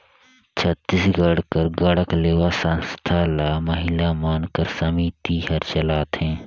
छत्तीसगढ़ कर गढ़कलेवा संस्था ल महिला मन कर समिति हर चलाथे